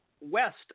west